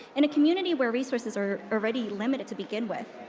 in a community where resources are already limited to begin with,